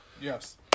Yes